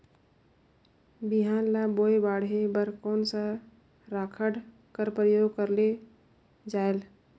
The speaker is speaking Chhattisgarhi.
बिहान ल बोये बाढे बर कोन सा राखड कर प्रयोग करले जायेल?